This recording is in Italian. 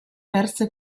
perse